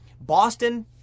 Boston